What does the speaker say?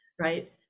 Right